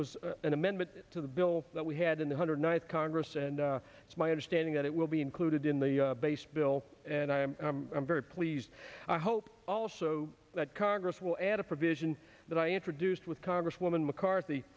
was an amendment to the bill that we had in the hundred ninth congress and it's my understanding that it will be included in the base bill and i am very pleased i hope also that congress will add a provision that i introduced with congresswoman mccarthy